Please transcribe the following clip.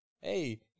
Hey